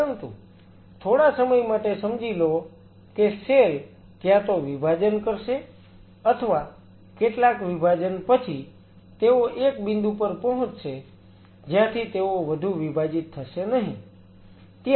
પરંતુ થોડા સમય માટે સમજી લો કે સેલ ક્યાં તો વિભાજન કરશે અથવા કેટલાક વિભાજન પછી તેઓ એક બિંદુ પર પહોંચશે જ્યાંથી તેઓ વધુ વિભાજિત થશે નહીં